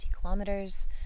kilometers